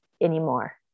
anymore